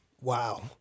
Wow